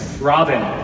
Robin